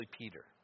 Peter